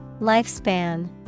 Lifespan